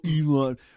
Elon